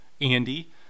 Andy